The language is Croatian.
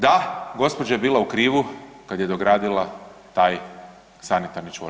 Da, gospođa je bila u krivu kada je dogradila taj sanitarni čvor.